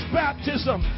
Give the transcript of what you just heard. baptism